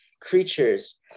creatures